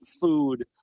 food